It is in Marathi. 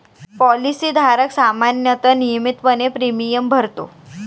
पॉलिसी धारक सामान्यतः नियमितपणे प्रीमियम भरतो